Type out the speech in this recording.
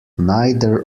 neither